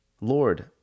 Lord